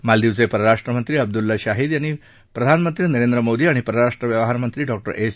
मालदिवचे परराष्ट्र मंत्री अब्दुल्ला शाहीद यांनी प्रधानमंत्री नरेंद्र मोदी आणि परराष्ट्र व्यवहार मंत्री डॉक्टर एस